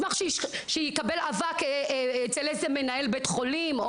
מסמך שיקבל אבק אצל מנהל בית חולים.